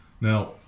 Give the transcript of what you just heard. Now